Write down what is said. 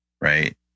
right